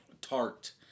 tart